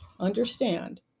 understand